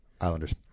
Islanders